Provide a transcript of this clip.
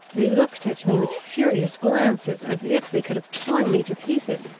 they looked at me with furious glances, as if they could have torn me to pieces.